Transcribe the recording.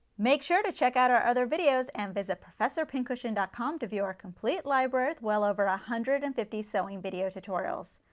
make sure to check out our other videos and visit professorpincushion dot com to view our complete library with well over one ah hundred and fifty sewing video tutorials.